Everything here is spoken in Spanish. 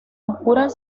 oscura